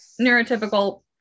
neurotypical